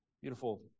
beautiful